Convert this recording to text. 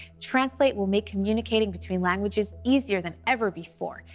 translate will make communicating between languages easier than ever before,